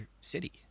city